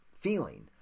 feeling